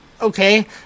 okay